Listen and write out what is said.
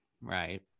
right